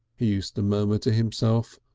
he used to murmur to himself,